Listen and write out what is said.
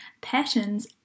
patterns